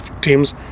teams